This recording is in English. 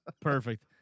perfect